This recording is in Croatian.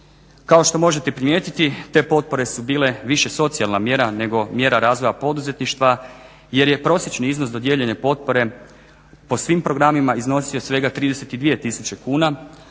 Kao što može primijetiti, te potpore su bile više socijalna mjera nego mjera razvoja poduzetništva jer je prosječni iznos dodijeljene potpore po svim programima iznosio svega 32000 kuna,